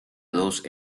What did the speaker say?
dos